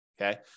Okay